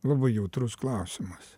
labai jautrus klausimas